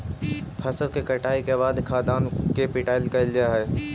फसल के कटाई के बाद खाद्यान्न के पिटाई कैल जा हइ